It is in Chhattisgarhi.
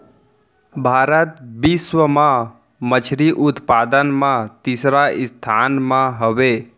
भारत बिश्व मा मच्छरी उत्पादन मा तीसरा स्थान मा हवे